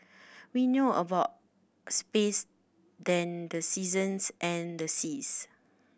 we know about space than the seasons and the seas